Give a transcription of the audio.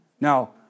Now